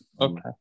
Okay